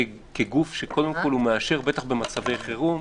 כגוף שקודם כול מאשר, בטח במצבי חירום.